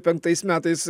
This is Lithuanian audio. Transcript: penktais metais